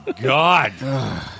god